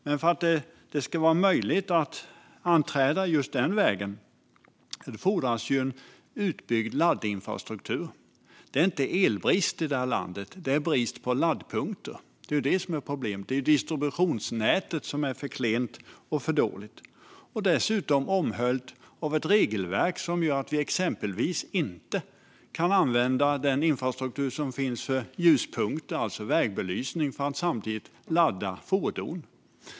Men för att det ska var möjligt att anträda just den vägen fordras en utbyggd laddinfrastruktur. Det är inte elbrist i det här landet. Det är brist på laddpunkter. Det är problemet. Det är distributionsnätet som är för klent och dåligt. Det är dessutom omhöljt av ett regelverk som gör att vi exempelvis inte kan använda den infrastruktur som finns för ljuspunkter, alltså vägbelysning, för att samtidigt ladda fordon.